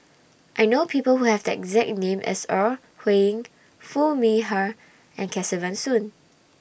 I know People Who Have The exact name as Ore Huiying Foo Mee Har and Kesavan Soon